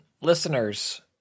Listeners